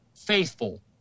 faithful